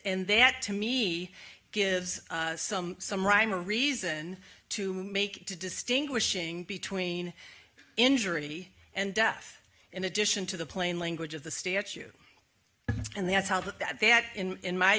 and that to me gives some some rhyme or reason to make to distinguishing between injury and death in addition to the plain language of the statute and that's how that that that in my